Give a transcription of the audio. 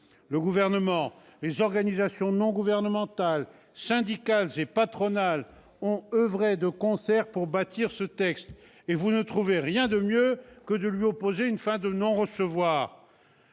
Le Gouvernement, les organisations non gouvernementales, syndicales et patronales ont oeuvré de concert pour bâtir ce texte. Et vous ne trouvez rien de mieux que de lui opposer une fin de non-recevoir